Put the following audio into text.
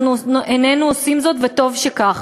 אנחנו איננו עושים זאת, וטוב שכך.